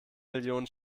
millionen